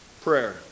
Prayer